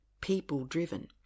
people-driven